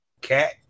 cat